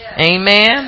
Amen